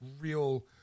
real